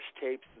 tapes